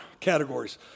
categories